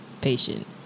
patient